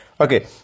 Okay